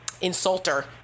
insulter